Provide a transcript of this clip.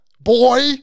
boy